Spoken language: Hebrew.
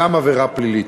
גם עבירה פלילית.